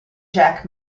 jack